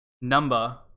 number